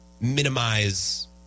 minimize